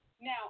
Now